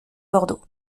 bordeaux